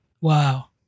Wow